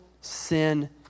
sin